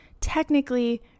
technically